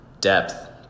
depth